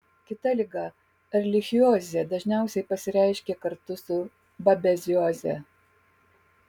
kita liga erlichiozė dažniausiai pasireiškia kartu su babezioze